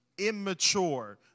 immature